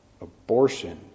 abortion